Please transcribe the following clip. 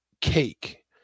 cake